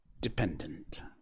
dependent